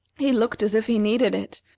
he looked as if he needed it,